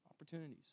opportunities